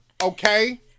okay